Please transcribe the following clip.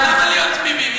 למה להיות תמימים,